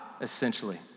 essentially